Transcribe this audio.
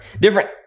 different